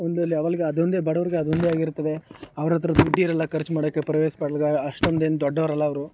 ಒಂದು ಲೆವೆಲ್ಗೆ ಅದೊಂದೇ ಬಡವರಿಗೆ ಅದೊಂದೇ ಆಗಿರ್ತದೆ ಅವ್ರ ಹತ್ರ ದುಡ್ಡಿರೋಲ್ಲ ಖರ್ಚು ಮಾಡೋಕ್ಕೆ ಪ್ರೈವೇಟ್ ಆಸ್ಪೆಟ್ಲಿಗೆ ಅಷ್ಟೊಂದೇನು ದೊಡ್ಡವರಲ್ಲ ಅವರು